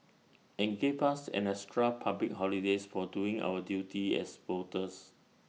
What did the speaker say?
and give us an extra public holidays for doing our duty as voters